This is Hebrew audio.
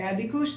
היה ביקוש.